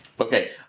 Okay